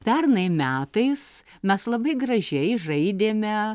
pernai metais mes labai gražiai žaidėme